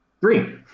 Three